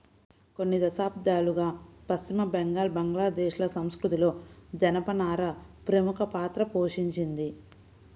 కొన్ని శతాబ్దాలుగా పశ్చిమ బెంగాల్, బంగ్లాదేశ్ ల సంస్కృతిలో జనపనార ప్రముఖ పాత్ర పోషించింది